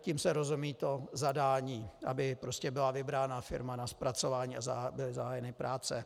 Tím se rozumí to zadání, aby byla vybrána firma na zpracování a byly zahájeny práce.